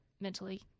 mentally